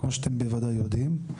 כמו שאתם בוודאי יודעים,